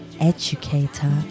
educator